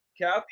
Kathy